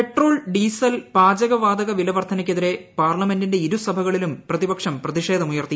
petrol diesel പാചകവാതക വിലവർദ്ധനയ്ക്കെതിരെ പാർല മെന്റിന്റെ ഇരുസഭകളിലും പ്രതിപക്ഷം പ്രതിഷേധമുയർത്തി